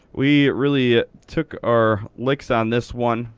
we really took our licks on this one,